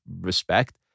respect